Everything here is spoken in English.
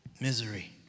misery